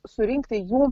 surinkti jų